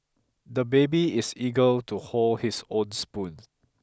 the baby is eager to hold his own spoon